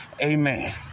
amen